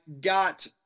got